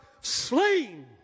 slain